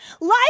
life